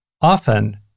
often